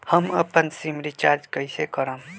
हम अपन sim recharge कइसे करम?